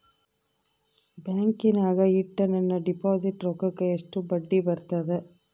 ಬ್ಯಾಂಕಿನಾಗ ಇಟ್ಟ ನನ್ನ ಡಿಪಾಸಿಟ್ ರೊಕ್ಕಕ್ಕ ಎಷ್ಟು ಬಡ್ಡಿ ಬರ್ತದ?